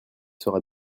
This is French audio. sera